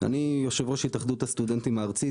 אני יו"ר התאחדות הסטודנטים הארצית,